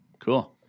Cool